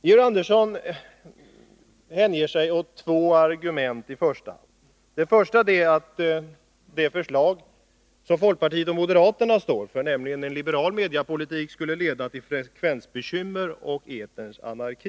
Georg Andersson använder sig av två argument. Det första är att det förslag som folkpartiet och moderaterna står för, nämligen en liberal mediepolitik, skulle leda till frekvensbekymmer och en eterns anarki.